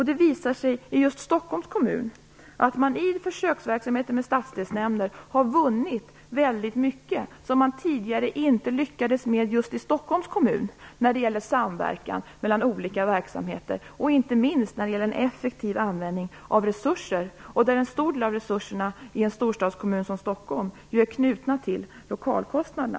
Det visar sig i just Stockholms kommun att man i försöksverksamheten med stadsdelsnämnder har vunnit väldigt mycket sådant som man tidigare inte lyckades med när det gäller samverkan mellan olika verksamheter, inte minst när det gäller en effektiv användning av resurser. En stor del av resurserna i en storstadskommun som Stockholm är ju knutna till lokalkostnaderna.